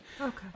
Okay